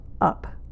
up